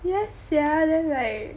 yeah sia then like